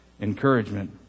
Encouragement